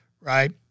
right